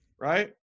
right